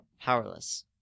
powerless